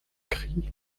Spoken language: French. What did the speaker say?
cri